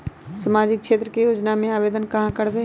सामाजिक क्षेत्र के योजना में आवेदन कहाँ करवे?